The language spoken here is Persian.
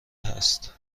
است